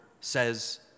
says